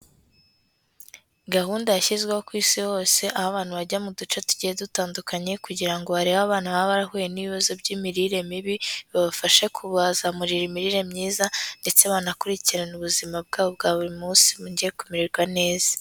Gahunda yashyizweho ku isi hose, aho abantu bajya mu duce tugiye dutandukanye kugira ngo barebe abana baba barahuye n'ibibazo by'imirire mibi, babafashe kubazamurira imirire myiza, ndetse banakurikirane ubuzima bwabo bwa buri munsi bongere kumererwa neza.